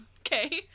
okay